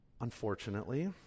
Unfortunately